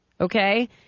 okay